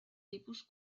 tipus